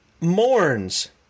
mourns